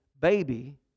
Baby